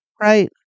right